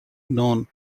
known